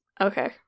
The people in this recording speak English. Okay